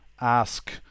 ask